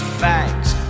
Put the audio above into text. facts